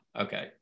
Okay